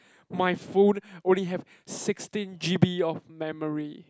my phone only have sixteen g_b of memory